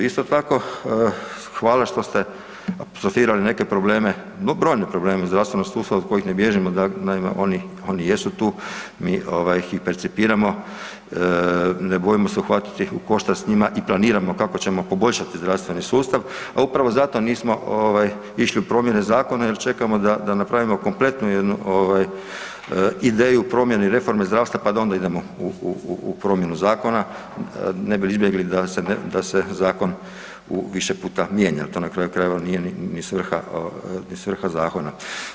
Isto tako, hvala što ste apostrofirali neke probleme, brojne probleme zdravstvenog sustava, o kojih ne bježimo, naime oni jesu tu, mi ih percipiramo, ne bojim se uhvatiti u koštac s njima i planiramo kako ćemo poboljšati zdravstveni sustav, a upravo zato nismo išli u promjene zakona jer čekamo da napravimo kompletnu jednu ovaj ideju promjene i reforme zdravstva pa da onda idemo u promjenu zakona, ne bi li izbjegli da se zakon u više puta mijenja, to na kraju krajeva, nije ni svrha zakona.